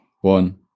one